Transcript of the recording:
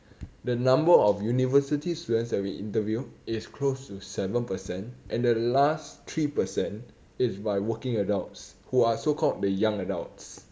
the number of university students that we interview is close to seven percent and the last three percent is by working adults who are so called the young adults